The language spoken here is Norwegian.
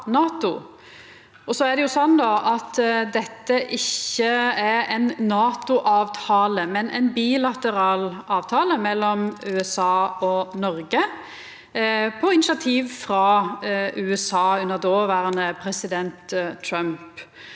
Dette er ikkje ein NATO-avtale, men ein bilateral avtale mellom USA og Noreg, på initiativ frå USA under dåverande president Trump.